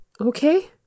Okay